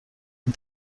این